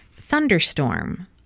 thunderstorm